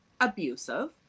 abusive